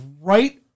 right